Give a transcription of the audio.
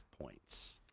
points